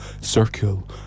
circle